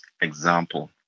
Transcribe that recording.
example